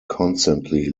constantly